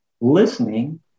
listening